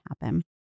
happen